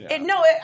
no